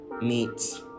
meets